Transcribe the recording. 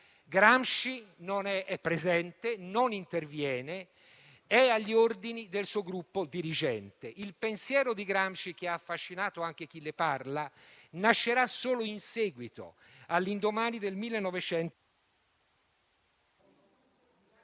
Gramsci è presente, non interviene, è agli ordini del suo gruppo dirigente. Il pensiero di Gramsci che ha affascinato anche chi le parla nascerà solo in seguito, all'indomani del